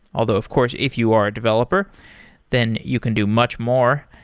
although of course, if you are a developer then you can do much more.